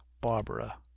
Barbara